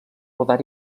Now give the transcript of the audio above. rodar